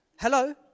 Hello